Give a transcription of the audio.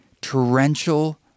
torrential